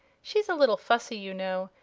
she's a little fussy, you know,